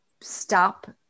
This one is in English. Stop